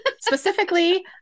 Specifically